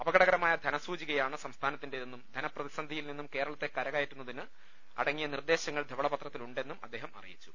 അപകടകരമായ ധനസൂചികയാണ് സംസ്ഥാനത്തിന്റേതെന്നും ധന പ്രതിസന്ധിയിൽ നിന്നും കേര ളത്തെ കരകയറ്റുന്നതിന് അടങ്ങിയ നിർദേശങ്ങൾ ധവളപത്രത്തി ലുണ്ടെന്നും അദ്ദേഹം അറിയിച്ചു